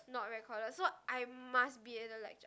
not recorded so I must be at the lecture